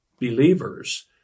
believers